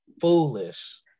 Foolish